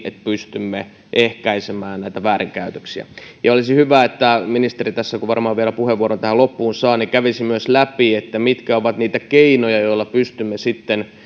että pystymme myös ehkäisemään näitä väärinkäytöksiä olisi hyvä että ministeri kun varmaan vielä puheenvuoron tähän loppuun saa kävisi myös läpi mitkä ovat niitä keinoja joilla pystymme